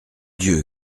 dieu